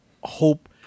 Hope